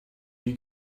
you